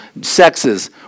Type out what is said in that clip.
sexes